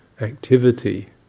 activity